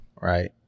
right